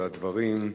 על הדברים.